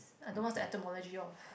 I don't what's the etymology of